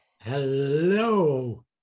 Hello